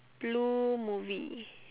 blue movie